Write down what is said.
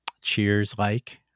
cheers-like